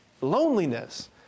loneliness